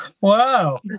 Wow